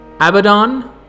Abaddon